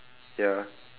ya